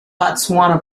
botswana